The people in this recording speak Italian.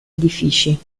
edifici